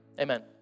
Amen